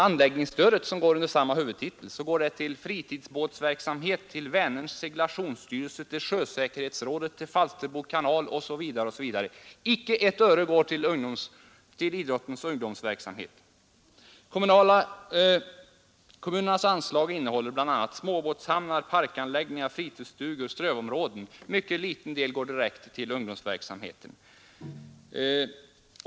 Anläggningsstödet under samma huvudtitel går till fritidsbåtsverksamhet, till Vänerns seglationsstyrelse, till sjösäkerhetsrådet, till Falsterbo kanal osv. Icke ett öre går till idrottens ungdomsverksamhet. Kommunernas anslag avser bl.a. småbåtshamnar, parkanläggningar, fritidsstugor och strövområden, och en mycket liten del går direkt till ungdomsverksamheten.